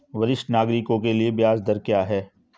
वरिष्ठ नागरिकों के लिए ब्याज दर क्या हैं?